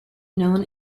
known